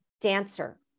dancer